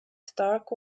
stark